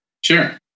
Sure